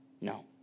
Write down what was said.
No